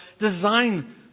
design